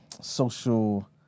social